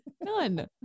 None